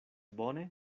bone